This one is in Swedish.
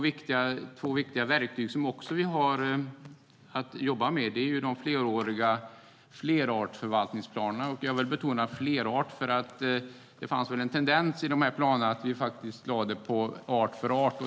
De två viktiga verktyg vi har att jobba med är de fleråriga flerartsförvaltningsplanerna. Jag vill betona flerart, för det fanns en tendens i planerna att vi lade det art för art.